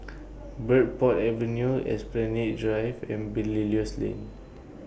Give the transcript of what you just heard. Bridport Avenue Esplanade Drive and Belilios Lane